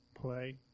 play